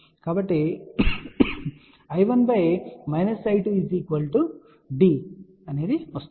కాబట్టి I1−I2D గా వస్తుంది